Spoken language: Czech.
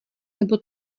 nebo